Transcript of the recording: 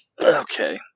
Okay